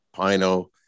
Pino